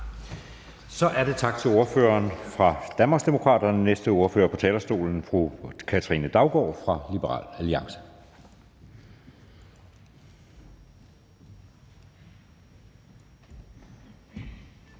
Så siger vi tak til ordføreren for Danmarksdemokraterne. Næste ordfører på talerstolen er fru Katrine Daugaard fra Liberal Alliance.